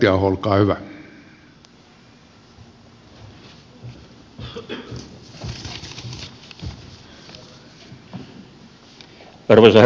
arvoisa herra puhemies